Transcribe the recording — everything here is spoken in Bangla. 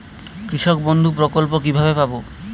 কৃষকবন্ধু প্রকল্প কিভাবে পাব?